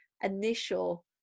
initial